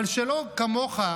שלא כמוך,